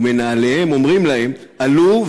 ומנהליהם אומרים להם: עלו,